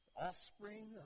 offspring